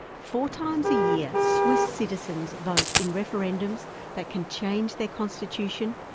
four times a year swiss citizens vote in referendums that can change their constitution,